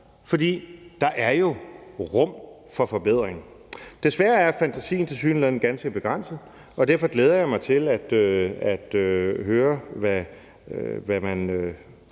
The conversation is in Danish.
for der er jo rum for forbedring. Desværre er fantasien tilsyneladende ganske begrænset, og derfor glæder jeg mig til at høre, hvad man